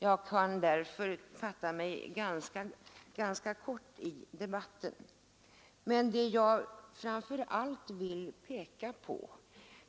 Jag kan därför fatta mig kort i denna debatt.